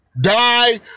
Die